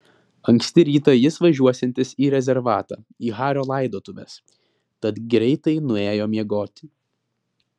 anksti rytą jis važiuosiantis į rezervatą į hario laidotuves tad greitai nuėjo miegoti